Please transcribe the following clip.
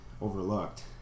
overlooked